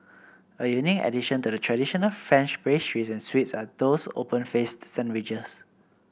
a unique addition to the traditional French pastries and sweets are those open faced sandwiches